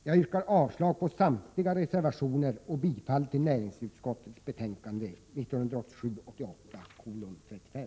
Jag yrkar avslag på samtliga reservationer och bifall till näringsutskottets hemställan i betänkande 1987/88:35.